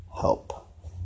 help